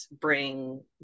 bring